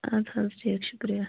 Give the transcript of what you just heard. ادٕ حظ ٹھیٖک شُکریہ